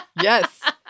Yes